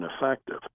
ineffective